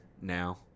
now